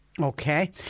Okay